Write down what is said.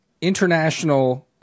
international